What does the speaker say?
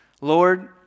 Lord